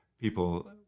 people